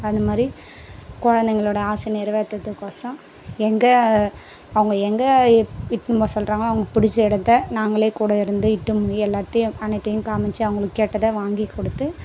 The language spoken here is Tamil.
அது மாதிரி குழந்தைங்களோட ஆசை நிறைவேற்றுறதுக்கோசோம் எங்கள் அவங்க எங்கே இப் இட்டுனு போ சொல்லுறாங்களோ அவங்க பிடிச்ச இடத்த நாங்களே கூட இருந்து இட்டுன்னு எல்லாத்தையும் அனைத்தையும் காமிச்சு அவங்களுக்கு கேட்டதை வாங்கிக் கொடுத்து